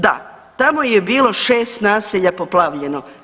Da, tamo je bilo 6 naselja poplavljeno.